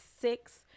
six